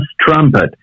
trumpet